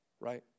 right